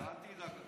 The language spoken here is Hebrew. אל תדאג.